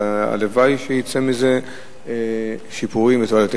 והלוואי שיצאו מזה שיפורים ותועלת.